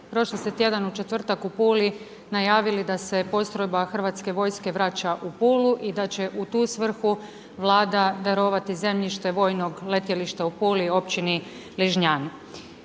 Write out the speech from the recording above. Prošli ste tjedan u četvrtak, u Puli, najavili da se postrojba hrvatske vojske vraća u Pulu i da će u tu svrhu Vlada darovati zemljište, vojnog letilišta u Puli i općini Ližnjan.